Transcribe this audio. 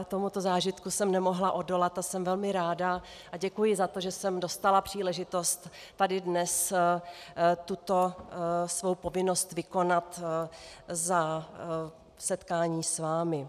Tomuto zážitku jsem nemohla odolat a jsem velmi ráda a děkuji za to, že jsem dostala příležitost tady dnes tuto svou povinnost vykonat za setkání s vámi.